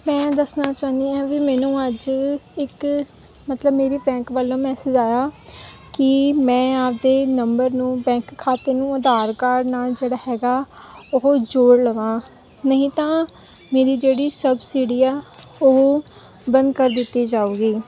ਮੈਂ ਦੱਸਣਾ ਚਾਹੁੰਦੀ ਹਾਂ ਵੀ ਮੈਨੂੰ ਅੱਜ ਇੱਕ ਮਤਲਬ ਮੇਰੇ ਬੈਂਕ ਵੱਲੋਂ ਮੈਸੇਜ ਆਇਆ ਕਿ ਮੈਂ ਆਪਣੇ ਨੰਬਰ ਨੂੰ ਬੈਂਕ ਖਾਤੇ ਨੂੰ ਆਧਾਰ ਕਾਰਡ ਨਾਲ ਜਿਹੜਾ ਹੈਗਾ ਉਹ ਜੋੜ ਲਵਾਂ ਨਹੀਂ ਤਾਂ ਮੇਰੀ ਜਿਹੜੀ ਸਬਸਿਡੀ ਆ ਉਹ ਬੰਦ ਕਰ ਦਿੱਤੀ ਜਾਵੇਗੀ